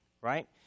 right